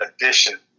addition